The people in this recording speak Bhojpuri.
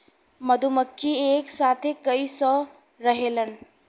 मधुमक्खी एक साथे कई सौ रहेलन